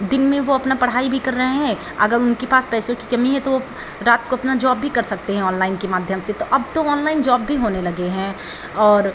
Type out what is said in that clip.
दिन में वे अपना पढ़ाई भी कर रहे हैं अगर उनके पास पैसों की कमी है तो वे रात को अपना जॉब भी कर सकते हैं ऑनलाइन के माध्यम से तो अब तो ऑनलाइन जॉब भी होने लगे हैं और